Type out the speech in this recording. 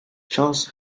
charles